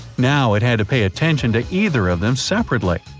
now it had to pay attention to either of them separately.